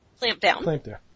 Clampdown